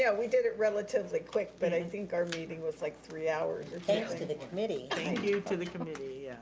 yeah we did it relatively quick, but i think our meeting was like three hours and thanks to the committee. thank and you to the committee,